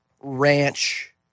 ranch